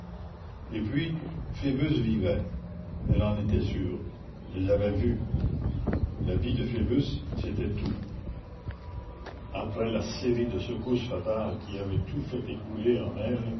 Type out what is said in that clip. et puis phoebus vivait elle en était sûre elle l'avait vu la vie de phoebus c'était tout après la série de secousses fatales qui avaient tout fait écrouler en elle